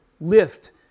lift